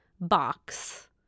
box